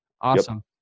Awesome